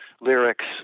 lyrics